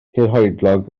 hirhoedlog